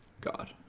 God